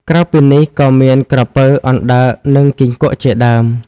ក្រៅពីនេះក៏មាន ក្រពើ អណ្ដើក និង គីង្គក់ ជាដើម។